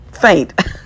faint